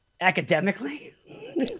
Academically